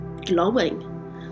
glowing